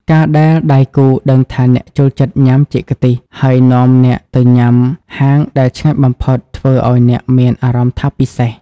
ការដែលដៃគូដឹងថាអ្នកចូលចិត្តញ៉ាំ "ចេកខ្ទិះ" ហើយនាំអ្នកទៅញ៉ាំហាងដែលឆ្ងាញ់បំផុត ធ្វើឱ្យអ្នកមានអារម្មណ៍ថាពិសេស។